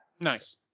Nice